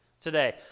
today